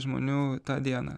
žmonių tą dieną